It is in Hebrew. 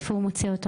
איך הוא מקבל אותו?